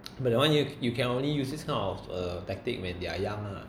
but one you you can only use this kind of uh tactic when they're young